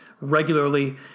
regularly